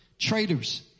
traitors